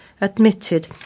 admitted